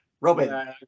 Robin